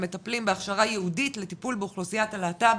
המטפלים בהכשרה ייעודית לטיפול באוכלוסיית הלהט"ב